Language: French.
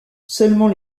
seulement